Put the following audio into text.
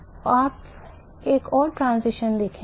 आप एक और transition देखेंगे